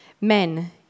Men